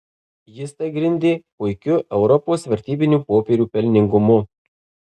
jis tai grindė puikiu europos vertybinių popierių pelningumu